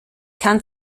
kann